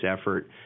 effort